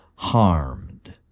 harmed